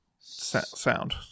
Sound